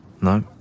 No